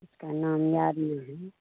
उसका नाम याद नहीं